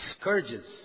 Scourges